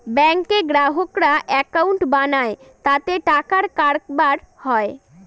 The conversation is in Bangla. ব্যাঙ্কে গ্রাহকরা একাউন্ট বানায় তাতে টাকার কারবার হয়